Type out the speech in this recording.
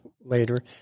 later